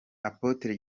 apotre